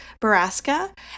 Baraska